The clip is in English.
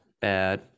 Bad